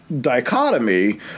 dichotomy